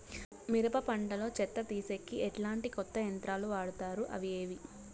మిరప పంట లో చెత్త తీసేకి ఎట్లాంటి కొత్త యంత్రాలు వాడుతారు అవి ఏవి?